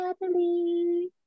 Natalie